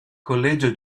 collegio